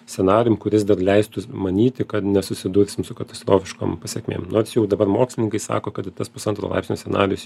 scenarijum kuris leistų manyti kad nesusidursim su katastrofiškom pasekmėm nors jau dabar mokslininkai sako kad ir tas pusantro laipsnio scenarijus